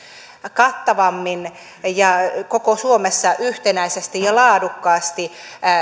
kattavammin ja koko suomessa yhtenäisesti ja laadukkaasti